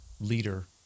leader